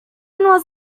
was